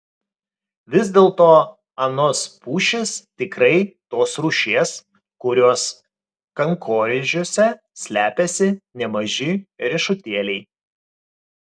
vis dėlto anos pušys tikrai tos rūšies kurios kankorėžiuose slepiasi nemaži riešutėliai